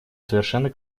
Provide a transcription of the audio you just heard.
совершенно